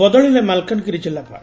ବଦଳିଲେ ମାଲକାନଗିରି ଜିଲ୍ଲାପାଳ